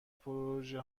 پروژه